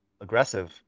aggressive